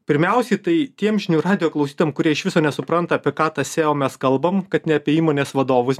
pirmiausiai tai tiem žinių radijo klausytojam kurie iš viso nesupranta apie ką tas seo mes kalbame kad ne apie įmonės vadovus